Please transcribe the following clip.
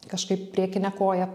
kažkaip priekinė koja